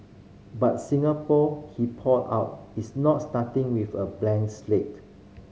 but Singapore he pointed out is not starting with a blank slate